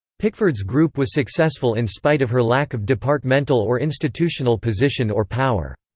pickford's group was successful in spite of her lack of departmental or institutional position or power.